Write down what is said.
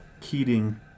Keating